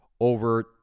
over